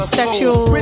sexual